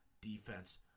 defense